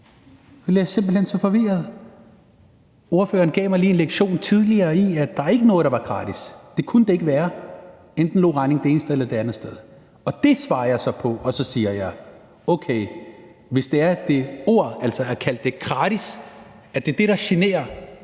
Jeg bliver simpelt hen så forvirret. Ordføreren gav mig lige en lektion i tidligere, at der ikke var noget, der var gratis. Det kunne det ikke være. Enten lå regningen det ene sted eller det andet sted. Det svarer jeg så på og siger: Okay, hvis det er det ord – altså at kalde det gratis – der generer,